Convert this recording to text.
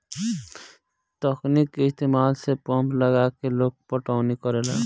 तकनीक के इस्तमाल से पंप लगा के लोग पटौनी करेला